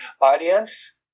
audience